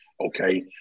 Okay